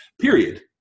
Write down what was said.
period